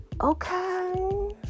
okay